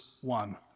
one